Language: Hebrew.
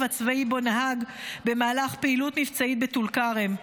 הצבאי שבו נהג במהלך פעילות מבצעית בטול כרם.